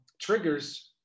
triggers